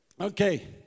Okay